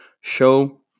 show